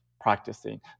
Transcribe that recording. practicing